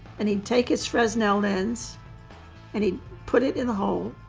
and he'd take his fresnel lens and he'd put it in the hole,